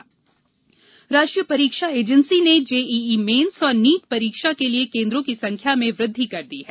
NTA NEET राष्ट्रीय परीक्षा agency ने जेईई मेन्स और नीट परीक्षा के लिए केन्द्रों की संख्या में वृद्धि कर दी है